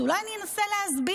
אז אולי אני אנסה להסביר.